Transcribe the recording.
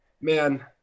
man